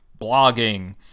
blogging